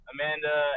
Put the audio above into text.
Amanda